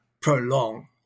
prolong